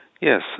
Yes